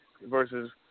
versus